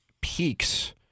peaks